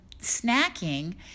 snacking